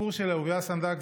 הסיפור של אהוביה סנדק,